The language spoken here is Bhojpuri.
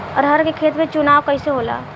अरहर के खेत के चुनाव कइसे होला?